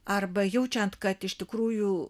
arba jaučiant kad iš tikrųjų